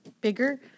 bigger